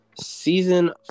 season